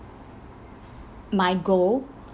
my goal